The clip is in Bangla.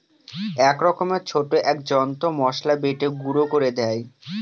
এক রকমের ছোট এক যন্ত্র মসলা বেটে গুঁড়ো করে দেয়